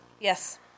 Yes